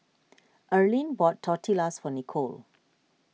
Earline bought Tortillas for Nikole